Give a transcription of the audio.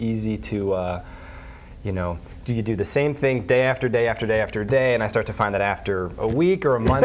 easy to you know do you do the same thing day after day after day after day and i start to find it after a week or a month